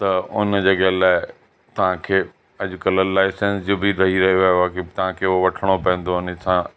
त उन जॻहि लाइ तव्हांखे अॼुकल्ह लाइसेंस जो बि रही रहियो आहे की तव्हांखे उहो वठिणो पवंदो उन सां